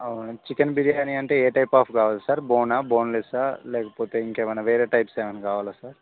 అవును చికెన్ బిర్యానీ అంటే ఏ టైప్ ఆఫ్ కావాలి సార్ బోనా బోన్లెస్సా లేకపోతే ఇంకేమైనా వేరే టైప్స్ ఏమైనా కావాలా సార్